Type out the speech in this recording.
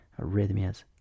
arrhythmias